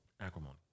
Acrimony